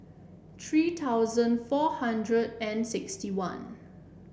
three thousand four hundred and sixty one